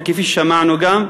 וכפי ששמענו גם,